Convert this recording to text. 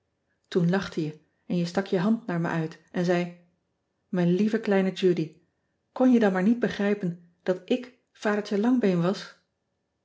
oen lachte je en je stak je hand naar me uit en zei ijn lieve kleine udy kon je dan maar niet begrijpen dat ik adertje angbeen was